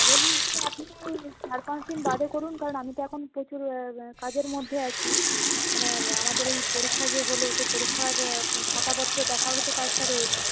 আপনি চার পাঁচদিন বাদে করুন কারণ আমি তো এখন প্রচুর কাজের মধ্যে আছি মানে আমাদের এই পরীক্ষা যে হল সেই পরীক্ষার খাতাপত্র দেখারও তো কাজটা রয়েছে